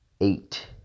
eight